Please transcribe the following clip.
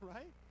Right